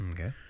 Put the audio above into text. Okay